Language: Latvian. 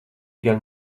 gan